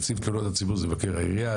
נציב תלונות הציבור זה מבקר העירייה,